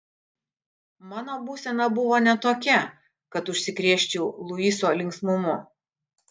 mano būsena buvo ne tokia kad užsikrėsčiau luiso linksmumu